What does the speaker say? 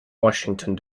washington